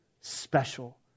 special